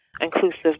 inclusive